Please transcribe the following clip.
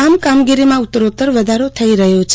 આમ કમગીરીમાં ઉત્તરોત્તર વધારો થઇ રહ્યો છે